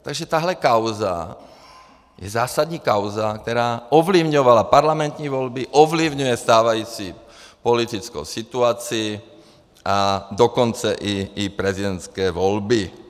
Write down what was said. Takže tahle kauza je zásadní kauza, která ovlivňovala parlamentní volby, ovlivňuje stávající politickou situaci, a dokonce i prezidentské volby.